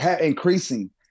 increasing